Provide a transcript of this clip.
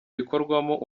bikorwamo